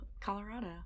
Colorado